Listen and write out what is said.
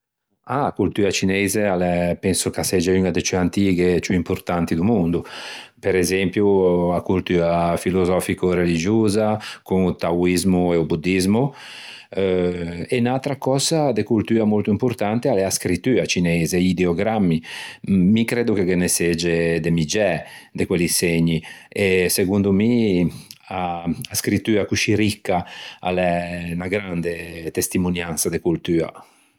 Ah a coltua cineise penso ch'a segge uña de ciù antighe e ciù importanti do mondo. Per esempio a coltua filosofico-religiosa con o taoismo e o buddismo, eh e unn'atra cösa de coltua molto importante a l'é a scrittua cineise, i ideogrammi, mi creddo che ghe ne segge de miggiæ de quelli segni e segondo mi a a scrittua coscì ricca a l'é 'na grande testimoniansa de coltua